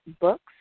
books